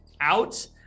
out